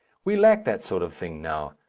we lack that sort of thing now.